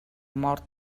mort